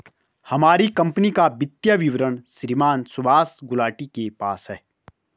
हमारी कम्पनी का वित्तीय विवरण श्रीमान सुभाष गुलाटी के पास है